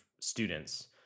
students